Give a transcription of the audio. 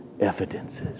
evidences